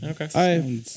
Okay